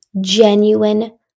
genuine